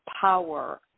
power